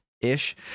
ish